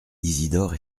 isidore